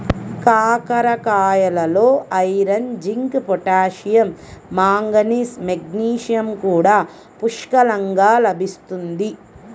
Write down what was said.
కాకరకాయలలో iron, zinc, potassium, manganese, magnesium కూడా పుష్కలంగా లభిస్తుంది